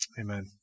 Amen